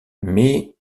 mais